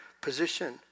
position